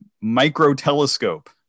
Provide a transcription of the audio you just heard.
micro-telescope